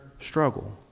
struggle